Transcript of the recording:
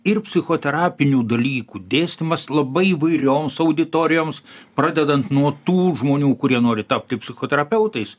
ir psichoterapinių dalykų dėstymas labai įvairioms auditorijoms pradedant nuo tų žmonių kurie nori tapti psichoterapeutais